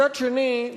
מצד שני,